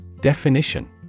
Definition